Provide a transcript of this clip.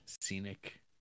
scenic